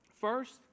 First